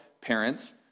parents